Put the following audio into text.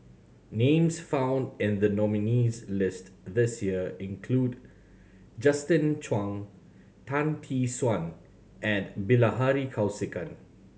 names found in the nominees' list this year include Justin Zhuang Tan Tee Suan and Bilahari Kausikan